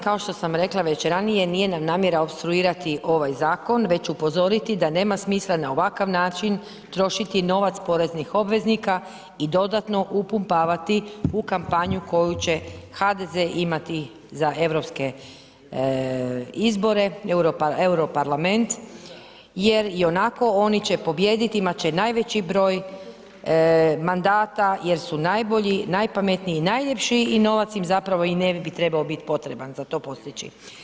Kao što sam rekla već i ranije, nije nam namjera opstruirati ovaj zakon, već upozoriti da nema smisla na ovakav način trošiti novac poreznih obveznika i dodatno upumpavati u kampanju koju će HDZ imati za europske izbore, Europarlament jer ionako oni će pobijedit, imat će najveći broj mandata jer su najbolji, najpametniji i najljepši i novac im zapravo i ne bi trebao bit potreban za to postići.